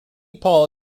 paul